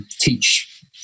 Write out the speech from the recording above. teach